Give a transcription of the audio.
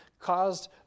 caused